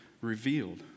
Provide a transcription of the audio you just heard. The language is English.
revealed